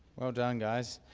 well done, guys.